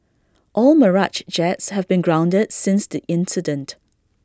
all Mirage jets have been grounded since the incident